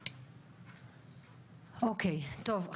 טוב,